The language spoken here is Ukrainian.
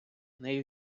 нею